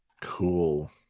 cool